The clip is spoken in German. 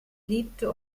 lebte